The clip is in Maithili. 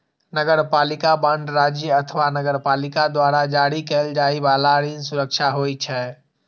नगरपालिका बांड राज्य अथवा नगरपालिका द्वारा जारी कैल जाइ बला ऋण सुरक्षा होइ छै